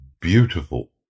beautiful